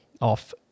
off –